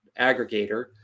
aggregator